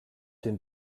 den